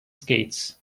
skates